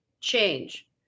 change